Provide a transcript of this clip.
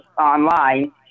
online